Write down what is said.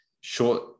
short